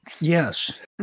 Yes